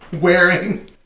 wearing